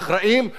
ואם יש,